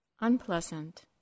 Unpleasant